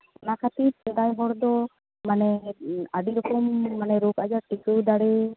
ᱚᱱᱟ ᱠᱷᱟᱹᱛᱤᱨ ᱥᱮᱫᱟᱭ ᱦᱚᱲ ᱫᱚ ᱢᱟᱱᱮ ᱟᱹᱰᱤ ᱨᱚᱠᱚᱢ ᱢᱟᱱᱮ ᱨᱳᱜᱽᱼᱟᱡᱟᱨ ᱴᱤᱠᱟᱹᱣ ᱫᱟᱲᱮ